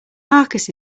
marcus